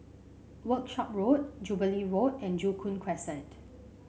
Workshop Road Jubilee Road and Joo Koon Crescent